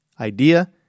idea